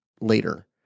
later